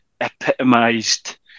epitomised